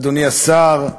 אדוני השר,